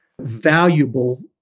valuable